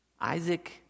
Isaac